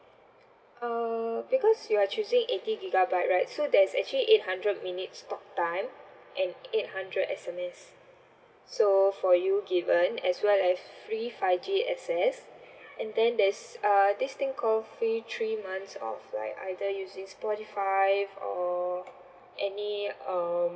uh because you are choosing eighty gigabyte right so there's actually eight hundred minutes talk time and eight hundred S_M_S so for you given as well as free five G access and then there's uh this thing call free three months of like either using spotify or any um